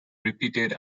repeated